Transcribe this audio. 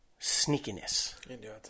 sneakiness